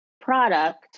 product